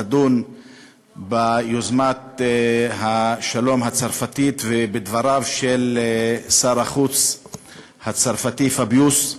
לדון ביוזמת השלום הצרפתית ובדבריו של שר החוץ הצרפתי פביוס.